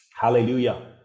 Hallelujah